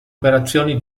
operazioni